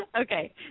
okay